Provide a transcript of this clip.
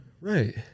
Right